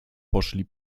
poszli